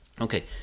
okay